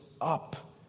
up